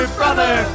brother